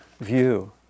view